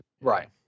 Right